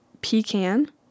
pecan